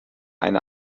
eine